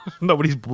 nobody's